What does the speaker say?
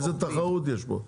איזו תחרות יש פה?